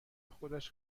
خودش